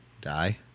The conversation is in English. Die